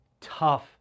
tough